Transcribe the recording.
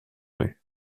rue